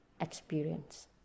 experience